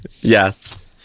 Yes